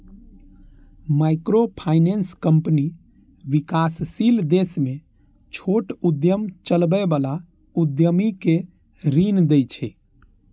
microfinance company विकासशील देश मे छोट उद्यम चलबै बला उद्यमी कें ऋण दै छै